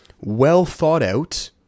well-thought-out